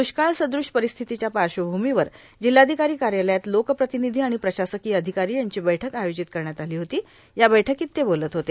द्वष्काळ सदृष्य पर्यारस्थितीच्या पाश्वभूमीवर जिल्हाधिकारी कायालयात लोकप्रार्तानधी आर्गाण प्रशासकांय अधिकारां यांची बैठक आयोजित करण्यात आलां होती या बैठकांत ते बोलत होते